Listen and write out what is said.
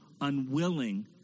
unwilling